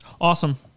awesome